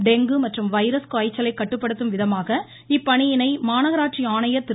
dengue மற்றும் virus காய்ச்சலை கட்டுப்படுத்தும் விதமாக இப்பணியினை மாநகராட்சி ஆணையர் திரு